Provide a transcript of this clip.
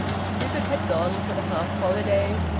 stifford had gone for the half-holiday.